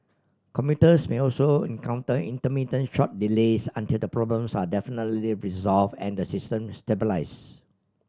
commuters may also encounter intermittent short delays until the problems are resolve and the system stabilise